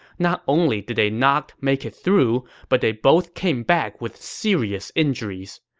not only did they not make it through, but they both came back with serious injuries.